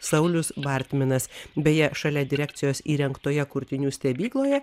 saulius bartminas beje šalia direkcijos įrengtoje kurtinių stebykloje